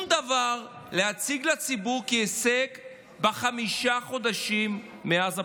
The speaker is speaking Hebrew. דבר להציג לציבור כהישג בחמישה חודשים מאז הבחירות.